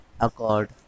accord